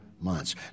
months